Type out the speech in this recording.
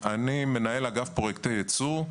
אני מנהל אגף פרויקטי ייצור,